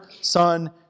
Son